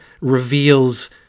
reveals